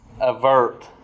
avert